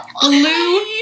Blue